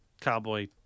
cowboy